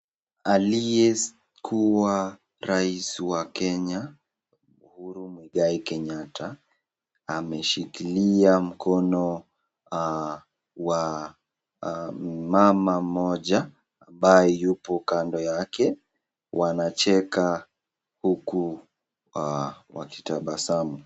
Aliyekua rais wa Kenya, Uhuru Muigai Kenyatta ameshikilia mkono wa mama mmoja ambaye yupo kando yake, wanacheka huku wakitabasamu.